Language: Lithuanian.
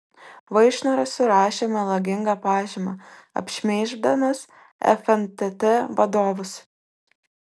vaišnoras surašė melagingą pažymą apšmeiždamas fntt vadovus